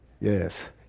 Yes